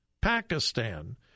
Pakistan